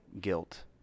guilt